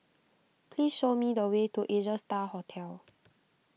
please show me the way to Asia Star Hotel